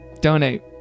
Donate